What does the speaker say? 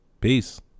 Peace